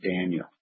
Daniel